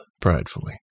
pridefully